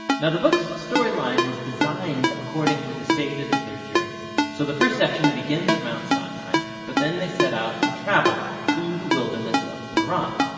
now the book's storyline is designed according to the stages of their journey. so the first section begins at mount sinai, but then they set out in and travel to the wilderness of paran.